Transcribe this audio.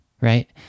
right